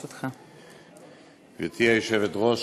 גברתי היושבת-ראש,